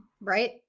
Right